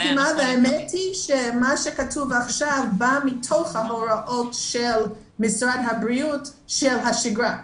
האמת היא שמה שכתוב עכשיו בא מתוך ההוראות של משרד הבריאות בימי שגרה.